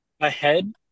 ahead